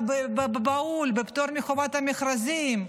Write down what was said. באופן בהול, בפטור מחובת המכרזים.